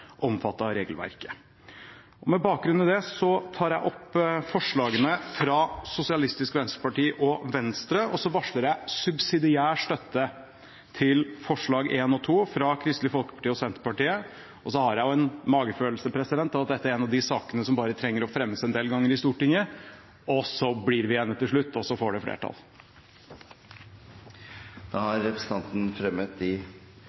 av regelverket. Med bakgrunn i det tar jeg opp forslagene fra Sosialistisk Venstreparti og Venstre, og så varsler jeg subsidiær støtte til forslagene nr. 1 og 2, fra Kristelig Folkeparti og Senterpartiet. Jeg har den magefølelsen at dette er en av de sakene som bare trenger å fremmes en del ganger i Stortinget, så blir vi enige til slutt, og så får den flertall. Representanten Snorre Serigstad Valen har tatt opp de